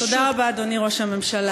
תודה רבה, אדוני ראש הממשלה.